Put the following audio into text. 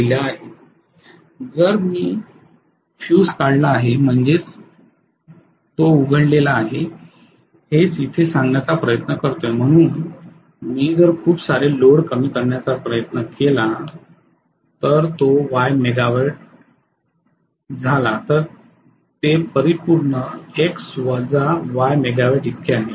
जर मी फ्यूज काढला आहे म्हणजेच उघडला आहे हेच इथे सांगण्याचा प्रयत्न करतोय म्हणून मी जर खूप सारे लोड कमी करण्याचा प्रयत्न केला जर तो Y मेगावॉट झाला तर ते परिपूर्ण X वजा Y मेगावॅट इतके आहे